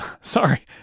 sorry